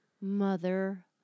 mother